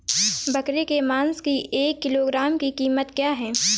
बकरे के मांस की एक किलोग्राम की कीमत क्या है?